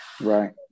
Right